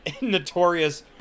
notorious